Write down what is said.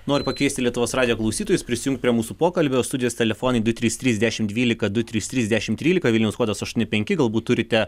noriu pakviesti lietuvos radijo klausytojus prisijungt prie mūsų pokalbio studijos telefonai du trys trys dešimt dvylika du trys trys dešimt trylika vilnius kodas aštuoni penki galbūt turite